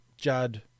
judd